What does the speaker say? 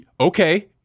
okay